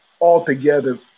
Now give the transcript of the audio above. altogether